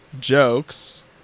jokes